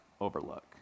overlook